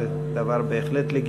זה דבר בהחלט לגיטימי.